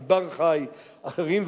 אלי בר-חי ואחרים,